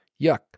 Yuck